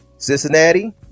Cincinnati